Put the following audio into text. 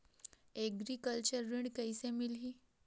Agriculture ऋण कइसे मिलही?